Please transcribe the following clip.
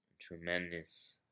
tremendous